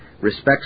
respects